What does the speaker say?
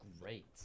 great